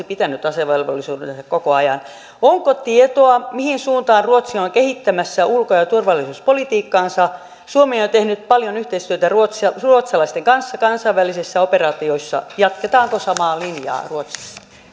onneksi pitänyt asevelvollisuutensa koko ajan onko tietoa mihin suuntaan ruotsi on kehittämässä ulko ja turvallisuuspolitiikkaansa suomi on on tehnyt paljon yhteistyötä ruotsalaisten kanssa kansainvälisissä operaatioissa jatketaanko samaa linjaa ruotsissa